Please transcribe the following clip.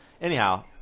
Anyhow